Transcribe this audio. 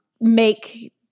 make